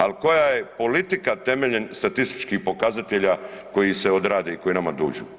Ali koja je politika temeljem statističkih pokazatelja koji se odrade i koji nama dođu.